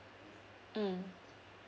mm